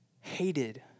hated